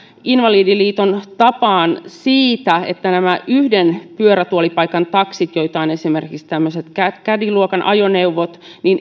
invalidiliiton tapaan siitä että nämä yhden pyörätuolipaikan taksit joita ovat esimerkiksi tämmöiset caddy luokan ajoneuvot